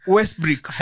Westbrook